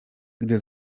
gdy